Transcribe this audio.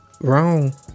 wrong